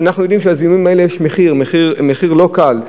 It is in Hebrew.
אנחנו יודעים שלזיהומים האלה יש מחיר, מחיר לא קל.